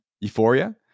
Euphoria